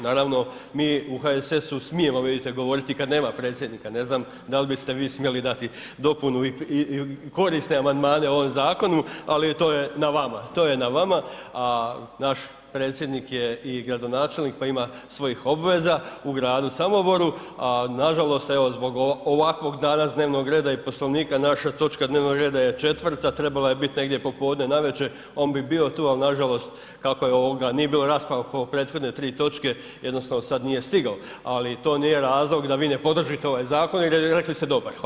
Naravno mi u HSS-u smijemo vidite govoriti i kad nema predsjednika, ne znam da li biste vi smjeli dati dopunu i korisne amandmane ovom zakonu, ali to je na vama, to je na vama, a naš predsjednik je i gradonačelnik pa ima svojih obveza u gradu Samoboru, a nažalost evo zbog ovakvog danas dnevnog reda i Poslovnika naša točka dnevnog reda je 4, trebala je biti negdje popodne, navečer, on bi bio tu, ali nažalost kako ovoga nije bilo rasprava po prethodne 3 točke jednostavno sad nije stigao, ali to nije razlog da vi ne podržite ovaj zakon jer je rekli ste dobar.